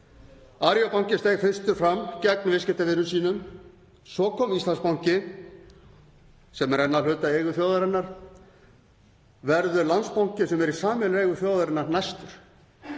Arion banki steig fyrstur fram gegn viðskiptavinum sínum, svo kom Íslandsbanki, sem er enn að hluta í eigu þjóðarinnar. Verður Landsbankinn, sem er í sameiginlegri eigu þjóðarinnar, næstur?